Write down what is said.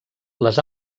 les